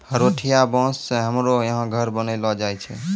हरोठिया बाँस से हमरो यहा घर बनैलो जाय छै